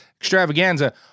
extravaganza